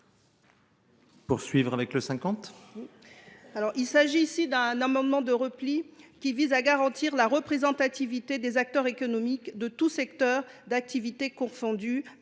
Salama Ramia. Cet amendement de repli vise à garantir la représentativité des acteurs économiques de tous les secteurs d’activité confondus,